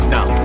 Now